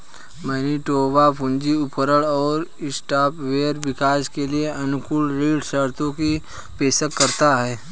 Manitoba पूंजी उपकरण और सॉफ्टवेयर विकास के लिए अनुकूल ऋण शर्तों की पेशकश करता है